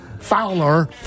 Fowler